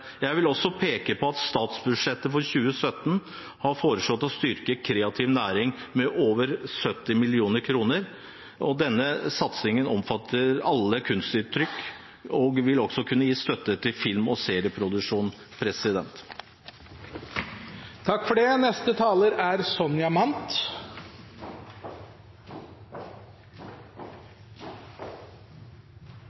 Jeg vil også peke på at det i statsbudsjettet for 2017 er foreslått å styrke den kreative næringen med over 70 mill. kr. Denne satsingen omfatter alle kunstuttrykk, og det vil også kunne gis støtte til film- og serieproduksjon. Norsk film- og tv-seriebransje er